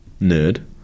Nerd